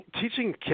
Teaching